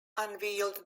unveiled